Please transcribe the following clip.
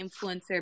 influencer